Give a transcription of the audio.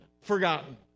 forgotten